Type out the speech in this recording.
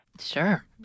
Sure